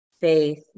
faith